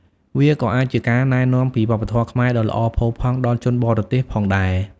វាក៏អាចជាការណែនាំពីវប្បធម៌ខ្មែរដ៏ល្អផូរផង់ដល់ជនបរទេសផងដែរ។